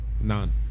None